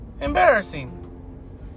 Embarrassing